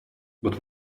but